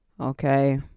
okay